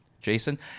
jason